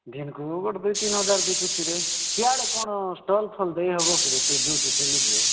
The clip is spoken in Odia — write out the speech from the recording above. ଦିନକୁ ଦୁଇ ତିନିହଜାର ବିକୁଛିରେ ସିଆଡ଼େ କ'ଣ ଷ୍ଟଲ ଫଲ୍ ଦେଇହେବ କିରେ ତୁ ଯୋଉଠି ଥିଲୁ